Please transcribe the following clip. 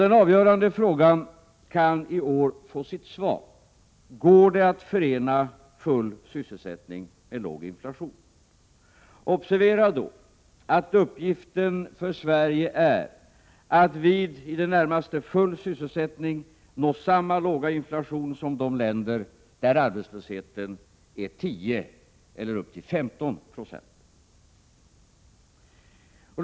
Den avgörande frågan, nämligen om det går att förena full sysselsättning med låg inflation, kan i år få sitt svar. Observera att uppgiften för Sverige är att med i det närmaste full sysselsättning nå samma låga inflation som de länder där arbetslösheten är 10 eller ända upp till 15 96.